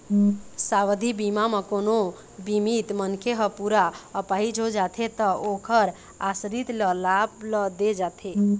सावधि बीमा म कोनो बीमित मनखे ह पूरा अपाहिज हो जाथे त ओखर आसरित ल लाभ ल दे जाथे